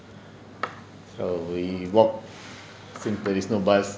so we walk since there is no bus